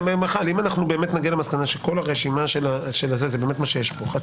אם נגיע למסקנה שכל הרשימה זה באמת מה שיש פה -- אבל